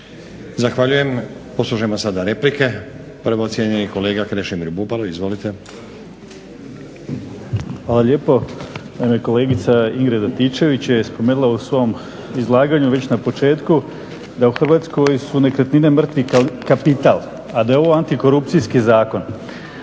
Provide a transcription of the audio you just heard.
Zahvaljujem. Poslušajmo sada replike. Prvo cijenjeni kolega Krešimir Bubalo, izvolite. **Bubalo, Krešimir (HDSSB)** Hvala lijepo. Kolegica Ingrid Antičević je spomenula u svom izlaganju već na početku da u Hrvatskoj su nekretnine mrtvi kapital a da je ovo antikorupcijski zakon.